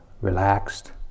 relaxed